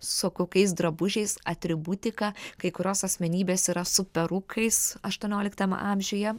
su kokiais drabužiais atributika kai kurios asmenybės yra su perukais aštuonioliktam amžiuje